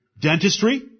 Dentistry